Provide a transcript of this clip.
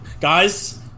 guys